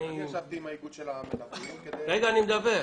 ישבתי עם האיגוד של המלווים --- עם מי?